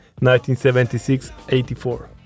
1976-84